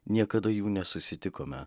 niekada jų nesusitikome